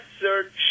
search